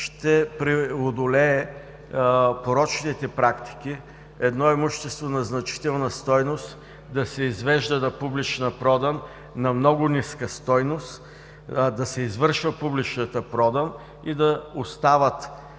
ще преодолее порочните практики едно имущество на значителна стойност да се извежда на публична продан на много ниска стойност, да се извършва публичната продан и да остават